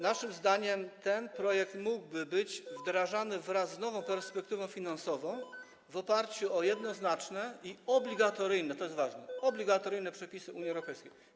Naszym zdaniem ten projekt mógłby być wdrażany wraz z nową perspektywą finansową w oparciu o jednoznaczne i obligatoryjne - to jest ważne - przepisy Unii Europejskiej.